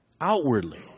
outwardly